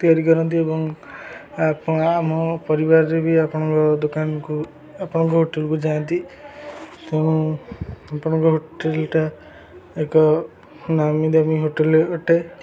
ତିଆରି କରନ୍ତି ଏବଂ ଆମ ପରିବାରରେ ବି ଆପଣଙ୍କ ଦୋକାନକୁ ଆପଣଙ୍କ ହୋଟେଲକୁ ଯାଆନ୍ତି ତେଣୁ ଆପଣଙ୍କ ହୋଟେଲଟା ଏକ ନାମୀ ଦାମୀ ହୋଟେଲ ଅଟେ